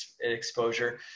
exposure